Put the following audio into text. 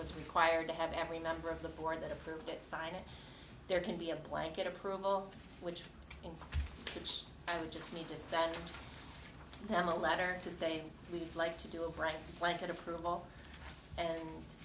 was required to have every member of the board that approved it sign it there can be a blanket approval which in which i would just need to send them a letter to say we'd like to do it right blanket approval and